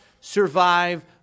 survive